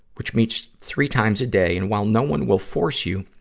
which meets three times a day. and while no one will force you,